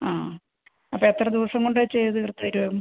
ആ അപ്പോൾ എത്ര ദിവസം കൊണ്ട് ചെയ്ത് തീർത്തേരും